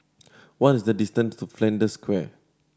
what is the distance to Flanders Square